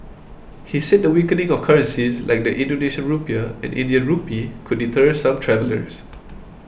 he said the weakening of currencies like the Indonesian Rupiah and Indian Rupee could deter some travellers